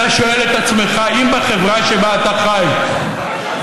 אתה שואל את עצמך: אם בחברה שבה אתה חי אדם